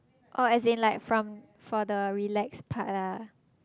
oh as in like from for the relax part ah